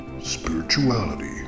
Spirituality